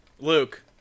Luke